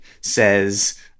says